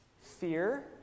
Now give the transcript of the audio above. fear